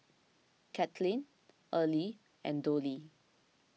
Katlyn Erle and Dollie